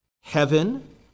heaven